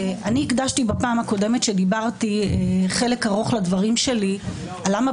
בפעם הקודמת שדיברתי הקדשתי חלק גדול מהדברים שלי לשאלה למה